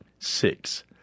Six